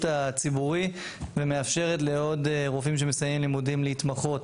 הציבורי ומאפשרת לעוד רופאים שמסיימים לימודים להתמחות